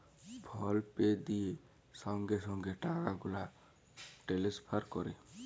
ফল pay দিঁয়ে সঙ্গে সঙ্গে টাকা গুলা টেলেসফার ক্যরে